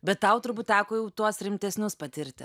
bet tau turbūt teko jau tuos rimtesnius patirti